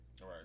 right